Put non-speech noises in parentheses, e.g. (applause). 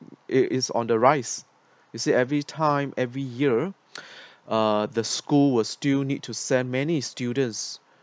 it is on the rise you see every time every year (breath) uh the school will still need to send many students